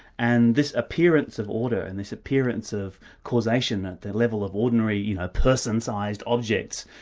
and this appearance of order, and this appearance of causation at the level of ordinary person-sized objects,